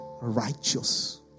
righteous